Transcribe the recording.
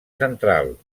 central